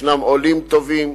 יש עולים טובים,